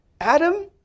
Adam